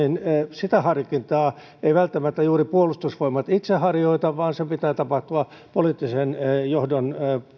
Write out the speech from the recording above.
sitä harkintaa ei välttämättä juuri puolustusvoimat itse harjoita vaan sen pitää tapahtua poliittisen johdon